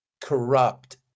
corrupt